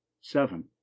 seven